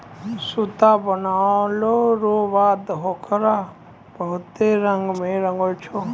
सूता बनलो रो बाद होकरा बहुत रंग मे रंगै छै